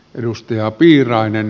edustajaa piirainen